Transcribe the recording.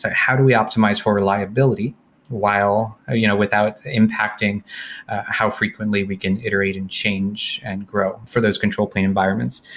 ah how do we optimize for reliability you know without impacting how frequently we can iterate and change and grow for those control plane environments?